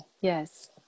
yes